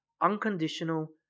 unconditional